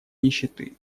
нищеты